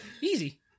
Easy